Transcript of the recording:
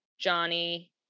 Johnny